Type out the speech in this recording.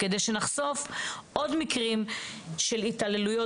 כדי שלא ניחשף לעוד מקרים של התעללויות